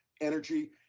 energy